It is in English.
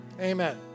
Amen